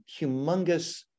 humongous